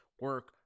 Work